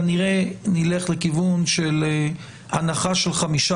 כנראה נלך לכיוון של הנחה של חמישה